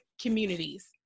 communities